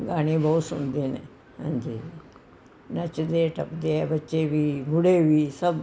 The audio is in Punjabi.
ਗਾਣੇ ਬਹੁਤ ਸੁਣਦੇ ਨੇ ਹਾਂਜੀ ਨੱਚਦੇ ਟੱਪਦੇ ਆ ਬੱਚੇ ਵੀ ਬੁੱਢੇ ਵੀ ਸਭ